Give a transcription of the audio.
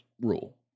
rule